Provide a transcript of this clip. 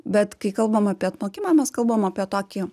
bet kai kalbam apie atmokimą mes kalbam apie tokį